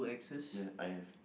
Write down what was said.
ya I have